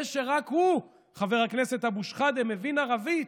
זה שרק הוא חבר הכנסת אבו שחאדה מבין ערבית,